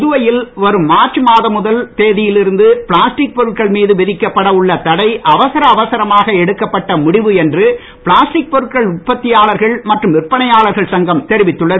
புதுவையில் வரும் மார்ச் மாதம் முதல் தேதியில் இருந்து பிளாஸ்டிக் பொருட்கள் மீது விதிக்கப்பட உள்ள தடை அவரச அவசரமாக எடுக்கப்பட்ட முடிவு என்று பிளாஸ்டிக் பொருட்கள் உற்பத்தியாளர்கள் மற்றும் விற்பனையாளர்கள் சங்கம் தெரிவித்துள்ளது